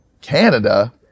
Canada